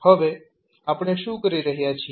હવે આપણે શું કરી રહ્યા છીએ